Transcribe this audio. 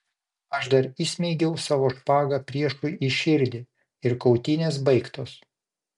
aš dar įsmeigiau savo špagą priešui į širdį ir kautynės baigtos